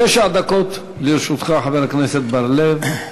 תשע דקות לרשותך, חבר הכנסת בר-לב.